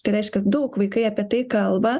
tai reiškias daug vaikai apie tai kalba